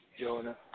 Jonah